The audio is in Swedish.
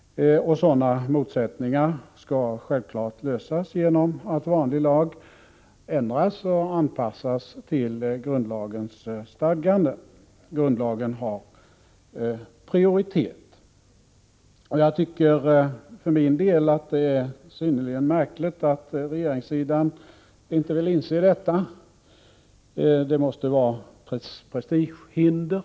Sådana motsättningar skall självfallet lösas genom att vanlig lag ändras och anpassas till grundlagens stadgande. Grundlagen har prioritet. Jag tycker för min del att det är synnerligen märkligt att regeringssidan inte vill inse detta — det måste vara prestigehinder.